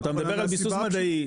אבל אתה מדבר על ביסוס מדעי,